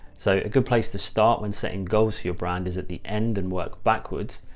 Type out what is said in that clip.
so a good place to start when setting goals for your brand is at the end and work backwards.